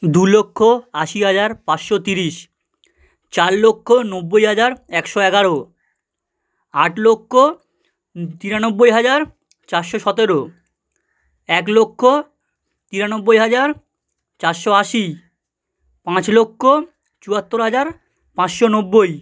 দু লক্ষ আশি হাজার পাঁচশো তিরিশ চার লক্ষ নব্বই হাজার একশো এগারো আট লক্ষ তিরানব্বই হাজার চারশো সতেরো এক লক্ষ তিরানব্বই হাজার চারশো আশি পাঁচ লক্ষ চুয়াত্তর হাজার পাঁচশো নব্বই